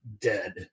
dead